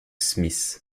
smith